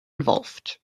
involved